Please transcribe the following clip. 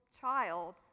child